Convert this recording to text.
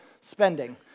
spending